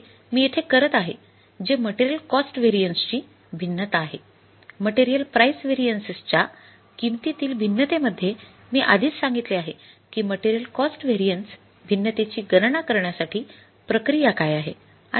जे मी येथे करत आहे जे मटेरियल कॉस्ट व्हेरिएन्सची किंमतीतील भिन्नतेमध्ये मी आधीच सांगितले आहे की मटेरियल कॉस्ट व्हेरिएन्स भिन्नतेची गणना करण्यासाठी प्रक्रिया काय आहे